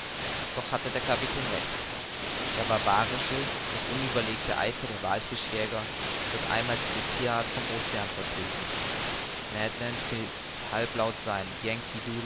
doch hatte der kapitän recht der barbarische und unüberlegte eifer der wallfischjäger wird einmal diese thierart vom ocean vertilgen ned land pfiff halblaut sein